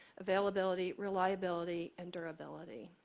availability, reliability and durability.